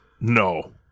No